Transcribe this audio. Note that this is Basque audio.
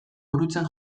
burutzen